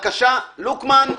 לוקמן,